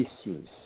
issues